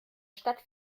stadt